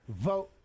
vote